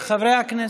אין בעיה.